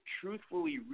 truthfully